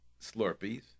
Slurpees